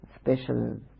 special